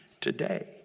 today